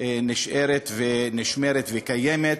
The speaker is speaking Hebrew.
נשמרת וקיימת,